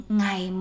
ngày